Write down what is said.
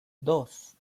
dos